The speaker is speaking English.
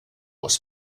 was